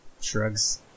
shrugs